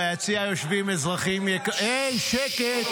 ביציע יושבים אזרחים ------ היי, שקט.